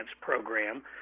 Program